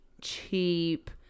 cheap